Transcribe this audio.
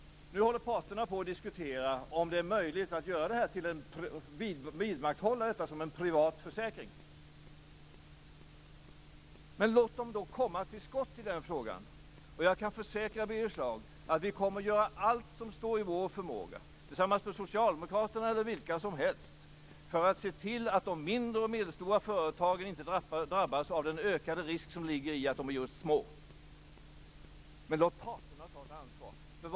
Nu håller parterna på att diskutera om det är möjligt att vidmakthålla det här som en privat försäkring. Låt dem komma till skott i den här frågan! Jag kan försäkra Birger Schlaug att vi kommer att göra allt som står i vår förmåga, tillsammans med socialdemokraterna eller med vilka som helst, för att se till att de mindre och medelstora företagen inte drabbas av den ökade risk som ligger just i att de är små. Men låt parterna ta ett ansvar!